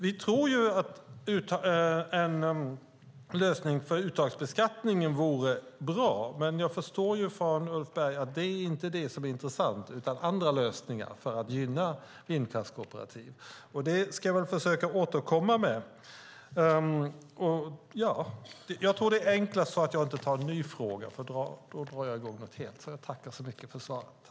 Vi tror att en lösning för uttagsbeskattningen vore bra. Men jag förstår på Ulf Berg att det inte är det som är intressant, utan det är andra lösningar som gäller för att gynna vindkraftskooperativ. Jag ska försöka återkomma med detta. Jag tror att det är enklast att jag inte tar någon ny fråga, för då drar jag i gång något helt annat. Jag tackar i stället så mycket för svaret.